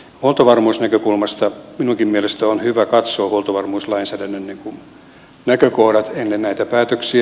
huoltovarmuusnäkökulmasta minunkin mielestäni on hyvä katsoa huoltovarmuuslainsäädännön näkökohdat ennen näitä päätöksiä